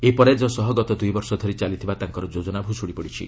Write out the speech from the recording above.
ଏହି ପରାଜୟ ସହ ଗତ ଦୁଇ ବର୍ଷ ଧରି ଚାଲିଥିବା ତାଙ୍କର ଯୋଜନା ଭୁଷୁଡ଼ି ପଡ଼ିଛି